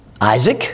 Isaac